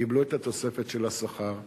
קיבלו את תוספת השכר,